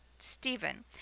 Stephen